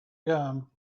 gum